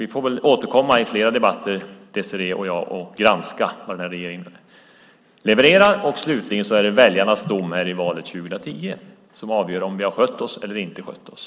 Vi får väl återkomma i flera debatter, Désirée och jag, och granska vad den här regeringen levererar. Slutligen är det väljarnas dom i valet 2010 som avgör om vi har skött oss eller inte skött oss.